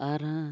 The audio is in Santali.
ᱟᱨ